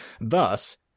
Thus